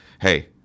hey